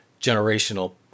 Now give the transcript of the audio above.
generational